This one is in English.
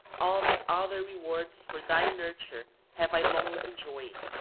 all the other rewards for thy nurture have i long enjoyed.